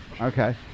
Okay